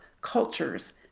cultures